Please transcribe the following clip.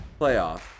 playoff